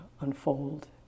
unfold